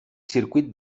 circuit